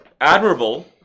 admirable